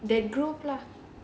that group lah